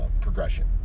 progression